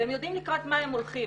והם יודעים לקראת מה הם הולכים.